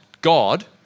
God